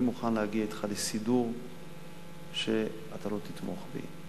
אני מוכן להגיע אתך לסידור שאתה לא תתמוך בי,